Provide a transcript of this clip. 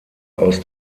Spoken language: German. aus